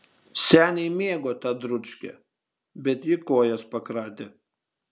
seniai mėgo tą dručkę bet ji kojas pakratė